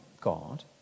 God